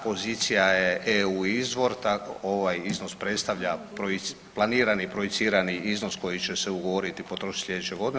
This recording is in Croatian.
Pozicija je EU izvor, ovaj iznos predstavlja planirani projicirani iznos koji će se ugovoriti i potrošiti slijedeće godine.